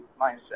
mindset